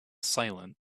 silent